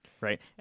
right